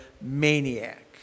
maniac